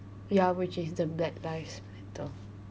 ya which is the black lives matter